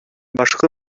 башкы